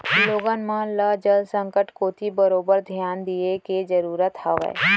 लोगन मन ल जल संकट कोती बरोबर धियान दिये के जरूरत हावय